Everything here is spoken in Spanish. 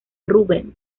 rubens